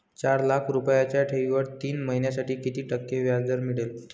चार लाख रुपयांच्या ठेवीवर तीन महिन्यांसाठी किती टक्के व्याजदर मिळेल?